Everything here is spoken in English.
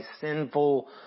sinful